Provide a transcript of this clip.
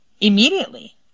immediately